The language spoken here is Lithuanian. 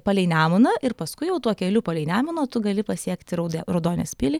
palei nemuną ir paskui jau tuo keliu palei nemuną jau tu gali pasiekti raudė raudonės pilį